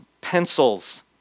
pencils